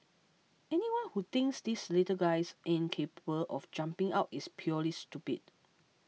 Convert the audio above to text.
anyone who thinks these little guys aren't capable of jumping out is purely stupid